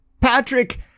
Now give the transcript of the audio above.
Patrick